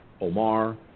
Omar